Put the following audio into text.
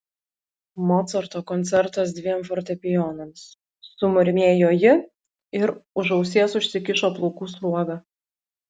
mocarto koncertas dviem fortepijonams sumurmėjo ji ir už ausies užsikišo plaukų sruogą